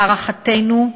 להערכתנו,